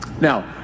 Now